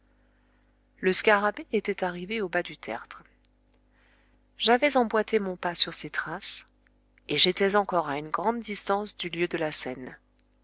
le scarabée était arrivé au bas du tertre j'avais emboîté mon pas sur ses traces et j'étais encore à une grande distance du lieu de la scène